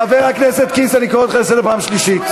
חבר הכנסת קיש, אני קורא אותך לסדר פעם שלישית.